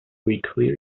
weekly